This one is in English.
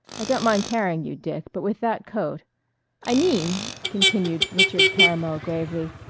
i don't mind carrying you, dick, but with that coat i mean, continued richard caramel gravely,